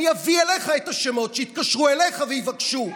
אני אביא אליך את השמות, שיתקשרו אליך ויבקשו.